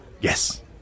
Yes